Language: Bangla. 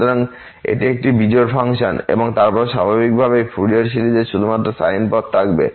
সুতরাং এটি একটি বিজোড় ফাংশন এবং তারপর স্বাভাবিকভাবেই ফুরিয়ার সিরিজের শুধুমাত্র সাইন পদ থাকবে